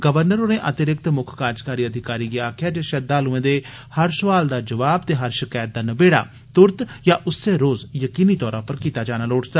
governor होरे अतिरिक्त मुक्ख कार्जकारी अधिकारी गी आक्खेआ ऐ जे श्रद्धालुएं दे हर सोआल दा जवाब ते षकैत दा नबेड़ा तुरत या उस्सै रोज यकीनी तौरा पर कीता जाना लोड़चदा